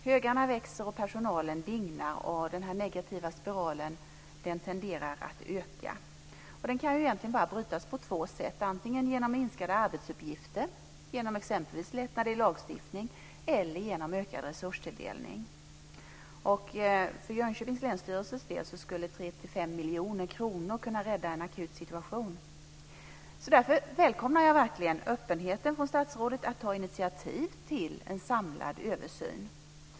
Högarna växer och personalen dignar, och den negativa spiralen tenderar att öka. Den kan egentligen bara brytas på två sätt: antingen genom minskade arbetsuppgifter, exempelvis genom lättnader i lagstiftningen, eller genom ökad resurstilldelning. För Jönköpings länsstyrelses del skulle 3 5 miljoner kronor kunna rädda en akut situation. Därför välkomnar jag verkligen öppenheten från statsrådet att ta initiativ till en samlad översyn.